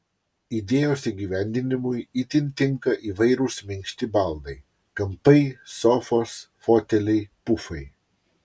idėjos įgyvendinimui itin tinka įvairūs minkšti baldai kampai sofos foteliai pufai